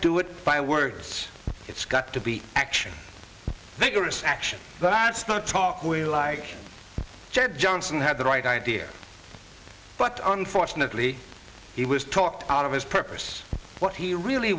do it by words it's got to be action vigorous action but outs not talk we like jeb johnson had the right idea but unfortunately he was talked out of his purpose what he really